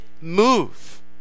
move